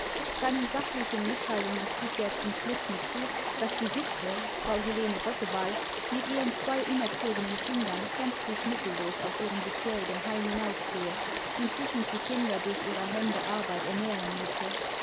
seinen sachlichen mitteilimgen füge er zum schluß hinzu daß die witwe frau helene gotteball mit ihren zwei unerzogenen kindern gänzlich mittellos aus ihrem bisherigen heim hinausgehe und sich imd die kinder durch ihrer hände arbeit ernähren müsse